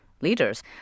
leaders